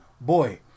boy